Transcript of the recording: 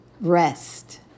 rest